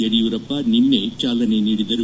ಯಡಿಯೂರಪ್ಪ ನಿನ್ನೆ ಚಾಲನೆ ನೀಡಿದರು